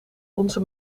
onze